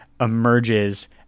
emerges